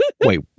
Wait